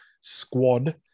squad